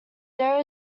there